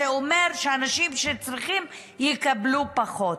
זה אומר שאנשים שצריכים יקבלו פחות.